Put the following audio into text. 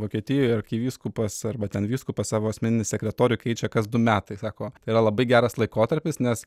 vokietijoj arkivyskupas arba ten vyskupas savo asmeninį sekretorių keičia kas du metai sako tai yra labai geras laikotarpis nes